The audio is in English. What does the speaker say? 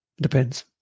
Depends